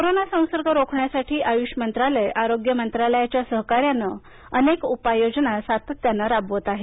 corona संसर्ग रोखण्यासाठी आयुष मंत्रालय आरोग्य मंत्रालयाच्या सहकार्यानं अनेक उपाय योजना राबवत आहे